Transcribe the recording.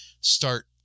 start